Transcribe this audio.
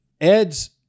Ed's